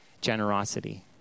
generosity